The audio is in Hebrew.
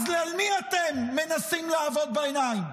אז על מי אתם מנסים לעבוד בעיניים?